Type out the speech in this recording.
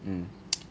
mm